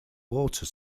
water